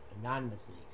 anonymously